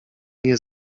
nie